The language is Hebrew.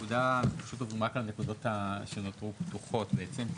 עוברים רק על הנקודות שנותרו פתוחות עדיין.